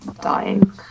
Dying